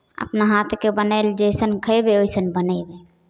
अपना हाथके बनायल जैसन खयबै ओहिसन बनयबै